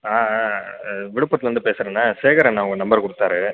ஆ ஆ விழுப்புரத்திலிருந்து பேசுகிறேண்ணே சேகர் அண்ணன் உங்கள் நம்பர் கொடுத்தாரு